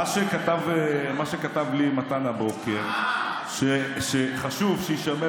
מה שכתב לי מתן הבוקר הוא שחשוב שיישמר